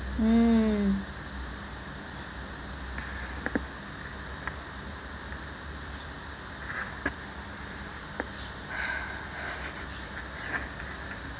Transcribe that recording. mm